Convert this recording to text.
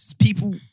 people